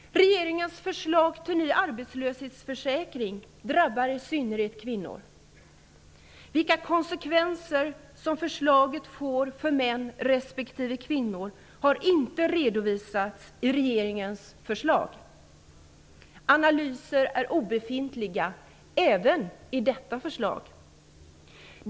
Regeringens förslag till ny arbetslöshetsförsäkring drabbar i synnerhet kvinnor. Vilka konsekvenser som förslaget får för män respektive kvinnor har inte redovisats i regeringens förslag. Analyser är obefintliga även i detta förslag.